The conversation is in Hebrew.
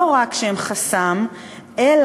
לא רק שהן לא חסם,